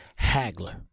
Hagler